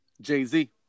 Jay-Z